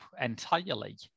entirely